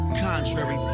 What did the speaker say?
Contrary